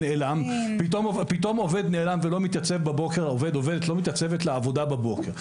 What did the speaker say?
פתאום עובד נעלם ולא מתייצב לעבודה בבוקר,